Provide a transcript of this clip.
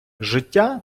життя